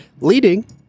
Leading